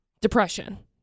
depression